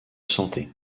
santé